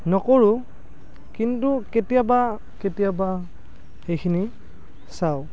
নকৰোঁ কিন্তু কেতিয়াবা কেতিয়াবা সেইখিনি চাওঁ